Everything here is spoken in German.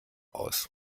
aus